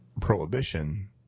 prohibition